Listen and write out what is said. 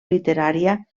literària